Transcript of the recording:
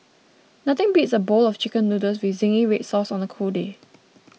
nothing beats a bowl of Chicken Noodles with Zingy Red Sauce on a cold day